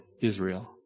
Israel